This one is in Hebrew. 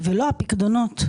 ולא הפיקדונות.